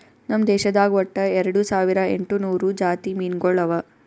ನಮ್ ದೇಶದಾಗ್ ಒಟ್ಟ ಎರಡು ಸಾವಿರ ಎಂಟು ನೂರು ಜಾತಿ ಮೀನುಗೊಳ್ ಅವಾ